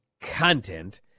content